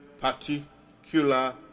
particular